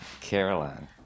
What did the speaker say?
Caroline